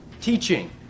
teaching